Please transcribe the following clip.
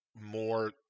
more